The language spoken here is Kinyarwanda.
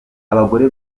abagore